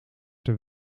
ter